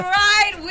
right